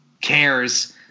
cares